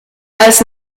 als